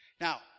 Now